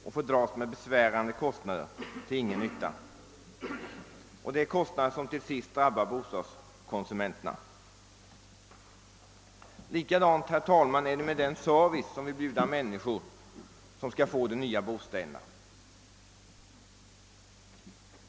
Den får dras med besvärande kostnader till ingen nytta, kostnader som till sist drabbar bostadskonsumenterna. Det är likadant med den service som vi erbjuder de människor vilka skall få de nya bostäderna.